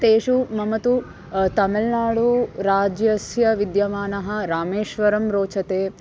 तेषु मम तु तमिल्नाडुराज्यस्य विद्यमानं रामेश्वरं रोचते